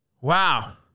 Wow